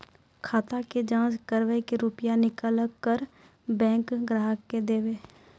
खाता के जाँच करेब के रुपिया निकैलक करऽ बैंक ग्राहक के देब?